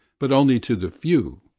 but only to the few,